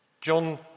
John